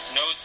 no